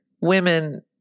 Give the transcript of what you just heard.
women